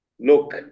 Look